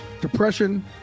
depression